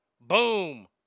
Boom